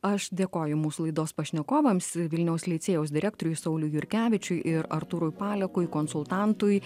aš dėkoju mūsų laidos pašnekovams vilniaus licėjaus direktoriui sauliui jurkevičiui ir artūrui palekui konsultantui